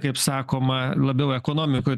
kaip sakoma labiau ekonomikoj